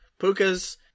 pukas